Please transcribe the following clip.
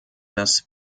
das